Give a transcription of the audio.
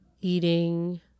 eating